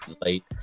late